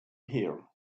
here